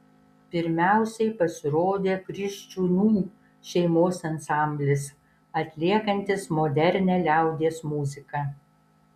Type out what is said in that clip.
pirmiausiai pasirodė kriščiūnų šeimos ansamblis atliekantis modernią liaudies muziką